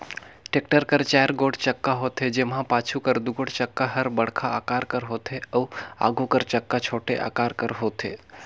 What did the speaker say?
tractor कर चाएर गोट चक्का होथे, जेम्हा पाछू कर दुगोट चक्का हर बड़खा अकार कर होथे अउ आघु कर चक्का छोटे अकार कर होथे